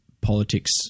politics